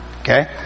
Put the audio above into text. Okay